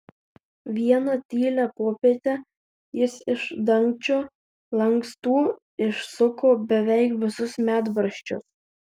vieną tylią popietę jis iš dangčio lankstų išsuko beveik visus medvaržčius